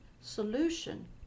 solution